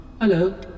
hello